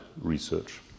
research